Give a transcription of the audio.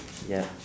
ya